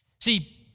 See